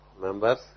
members